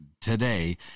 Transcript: today